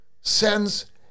sends